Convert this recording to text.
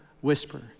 whisper